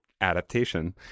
adaptation